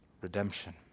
redemption